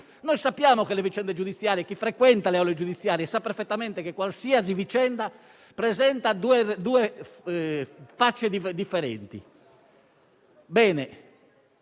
maniera diversa? Chi frequenta le aule giudiziarie sa perfettamente che qualsiasi vicenda presenta due facce differenti.